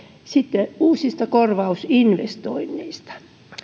sitten uusista korvausinvestoinneista